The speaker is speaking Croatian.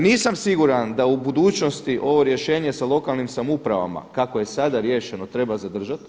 Nisam siguran da u budućnosti ovo rješenje sa lokalnim samoupravama kako je sada riješeno treba zadržati.